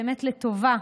באמת לטובה,